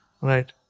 right